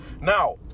Now